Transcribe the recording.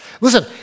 Listen